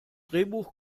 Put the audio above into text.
drehbuch